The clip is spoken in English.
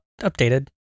updated